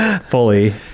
fully